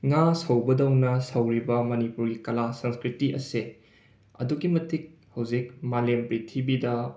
ꯉꯥ ꯁꯧꯕꯗꯣꯅ ꯁꯧꯔꯤꯕ ꯃꯅꯤꯄꯨꯔꯤ ꯀꯂꯥ ꯁꯪꯁ꯭ꯀ꯭ꯔꯤꯇꯤ ꯑꯁꯤ ꯑꯗꯨꯛꯀꯤ ꯃꯇꯤꯛ ꯍꯧꯖꯤꯛ ꯃꯥꯂꯦꯝ ꯄ꯭ꯔꯤꯊꯤꯕꯤꯗ